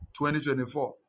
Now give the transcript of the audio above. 2024